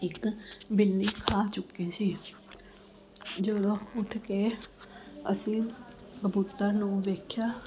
ਇੱਕ ਬਿੱਲੀ ਖਾ ਚੁੱਕੀ ਸੀ ਜਦੋਂ ਉੱਠ ਕੇ ਅਸੀਂ ਕਬੂਤਰ ਨੂੰ ਵੇਖਿਆ